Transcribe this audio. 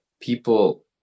people